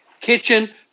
kitchen